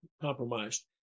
compromised